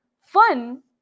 fun